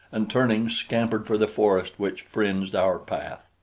and turning, scampered for the forest which fringed our path.